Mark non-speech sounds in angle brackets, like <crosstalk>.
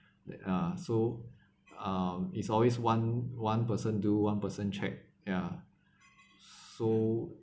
<noise> uh so uh it's always one one person do one person check ya so